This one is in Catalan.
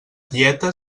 dieta